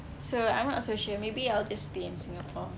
so I'm not so sure maybe I'll just stay in singapore